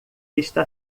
está